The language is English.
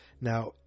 Now